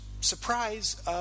surprise